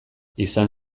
izan